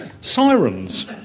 sirens